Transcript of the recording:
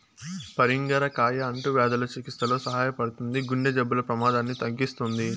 పరింగర కాయ అంటువ్యాధుల చికిత్సలో సహాయపడుతుంది, గుండె జబ్బుల ప్రమాదాన్ని తగ్గిస్తుంది